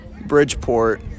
Bridgeport